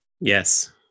yes